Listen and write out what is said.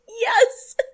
yes